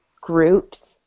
groups